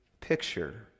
picture